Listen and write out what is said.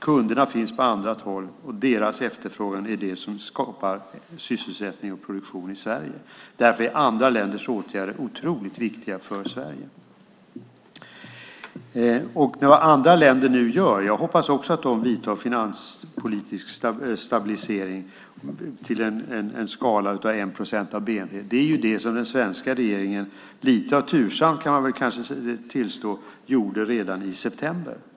Kunderna finns på annat håll, och deras efterfrågan är det som skapar sysselsättning och produktion i Sverige. Därför är andra länders åtgärder otroligt viktiga för Sverige. Jag hoppas också att andra länder vidtar åtgärder som innebär finanspolitisk stabilisering till en skala av 1 procent av bnp. Det är det som den svenska regeringen, lite tursamt kan man kanske tillstå, gjorde redan i september.